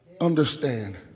understand